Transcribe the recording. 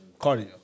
Cardio